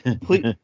Please